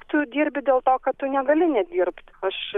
tu dirbi dėl to kad tu negali nedirbt aš